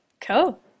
cool